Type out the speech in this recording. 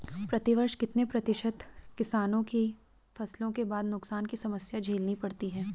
प्रतिवर्ष कितने प्रतिशत किसानों को फसल के बाद नुकसान की समस्या झेलनी पड़ती है?